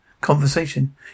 conversation